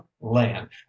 land